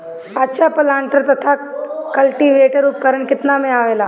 अच्छा प्लांटर तथा क्लटीवेटर उपकरण केतना में आवेला?